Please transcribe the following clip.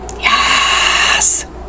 Yes